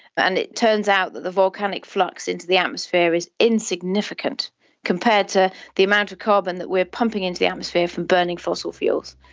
and it turns out that the volcanic flux into the atmosphere is insignificant compared to the amount of carbon that we are pumping into the atmosphere from burning fossil fuels.